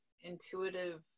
intuitive